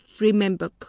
remember